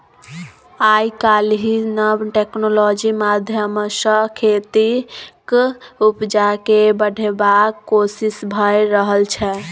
आइ काल्हि नब टेक्नोलॉजी माध्यमसँ खेतीक उपजा केँ बढ़ेबाक कोशिश भए रहल छै